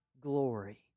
glory